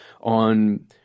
on